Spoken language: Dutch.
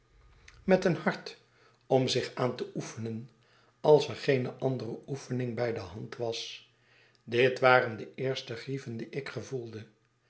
met een hart om zich aan te oefenen als er geene andere oefening bij de hand was dit waren de eerste grieven die ik gevoelde